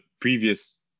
previous